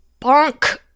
Bonk